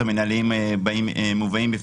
לא.